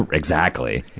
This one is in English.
exactly.